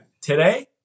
Today